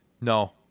No